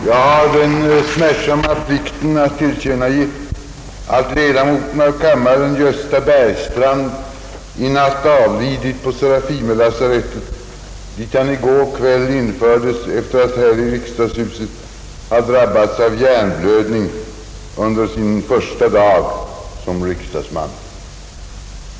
Jag har den smärtsamma plikten att tillkännagiva, att ledamoten av kammaren Gösta Bergstrand i natt avlidit på serafimerlasarettet, dit han i går kväll införts efter att här i riksdagshuset ha drabbats av en hjärnblödning under sin första dag som riksdagsman.